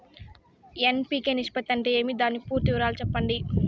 NPK నిష్పత్తి అంటే ఏమి దాని పూర్తి వివరాలు సెప్పండి?